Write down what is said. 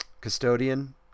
custodian